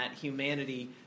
humanity